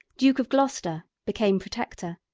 duke of gloucester, became protector.